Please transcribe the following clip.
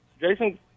Jason